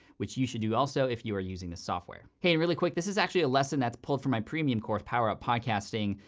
which you should do also if you are using this software. hey really quick, this is actually a lesson that's pulled from my premium course, power of podcasting,